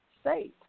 state